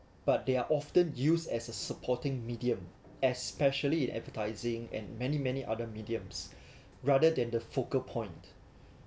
but they are often used as a supporting medium especially in advertising and many many other mediums rather than the focal point